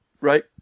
right